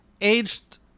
aged